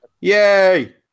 Yay